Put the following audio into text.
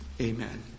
Amen